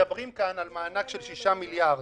מדברים כאן על מענק של 6 מיליארד שקלים.